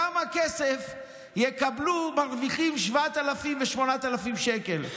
כמה כסף יקבלו המרוויחים 7,000 ו-8,000 שקל?